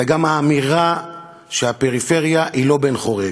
אלא גם האמירה שהפריפריה היא לא בן חורג.